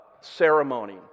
ceremony